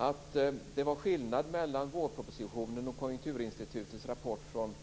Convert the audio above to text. Att det är skillnad mellan vårpropositionen och Konjunkturinstitutets rapport från